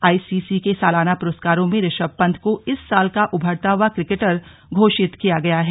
ICC के सालाना पुरस्कारों में ऋषभ पंत को इस साल का उभरता हुआ क्रिकेटर घोषित किया गया है